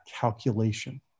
calculation